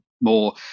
more